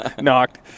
knocked